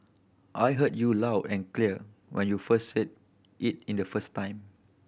I heard you loud and clear when you said it in the first time